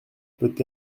peut